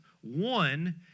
one